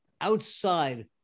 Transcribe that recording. outside